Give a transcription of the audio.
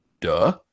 Duh